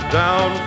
down